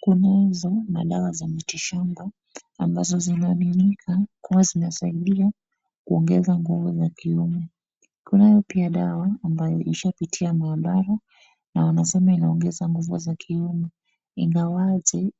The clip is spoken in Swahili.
Kuna nazo madawa za mitishamba ambazo zinaonekana kuwa zimesaidia kuongeza nguvu za kiume. Kunayo pia dawa ambayo ishapitia maabara na wanasema inaongeza nguvu za kiume. Ingawaje